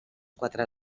quatre